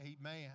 amen